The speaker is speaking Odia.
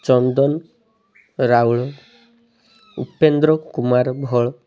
ଚନ୍ଦନ ରାଉଳ ଉପେନ୍ଦ୍ର କୁମାର ଭୋଳ